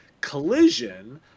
collision